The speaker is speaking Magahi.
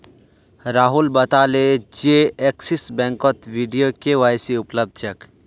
राहुल बताले जे एक्सिस बैंकत वीडियो के.वाई.सी उपलब्ध छेक